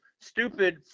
stupid